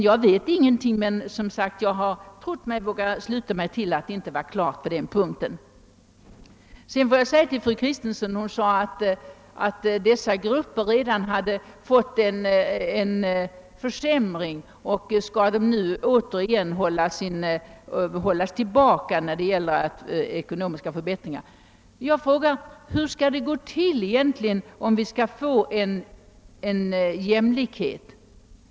Jag vet ingenting, men jag har som sagt trott mig våga sluta mig till att det inte var klart på den punkten. Fru Kristensson sade att tjänstemännen redan fått en försämring och frågade om de nu återigen skulle hållas tillbaka när det gäller ekonomiska förbättringar. Jag frågar: Hur skall det egentligen gå till att åstadkomma jämlikhet?